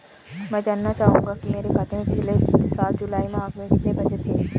मैं जानना चाहूंगा कि मेरे खाते में पिछले साल जुलाई माह में कितने पैसे थे?